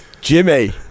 Jimmy